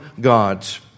God's